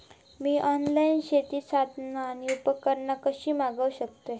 मी online शेतीची साधना आणि उपकरणा कशी मागव शकतय?